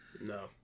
No